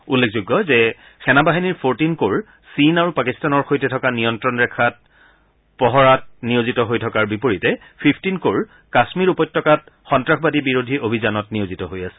উল্লেখযোগ্য যে সেনা বাহিনীৰ ফৰটিন কৰ চীন আৰু পাকিস্তানৰ সৈতে থকা নিয়ন্ত্ৰণ ৰেখাৰ পহৰাত নিয়োজিত হৈ থকাৰ বিপৰীতে ফিফটিন কৰ কাশ্মীৰ উপত্যকাত সন্তাসবাদী বিৰোধী অভিযানত নিয়োজিত হৈ আছে